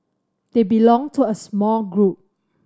they belong to a small group